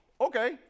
okay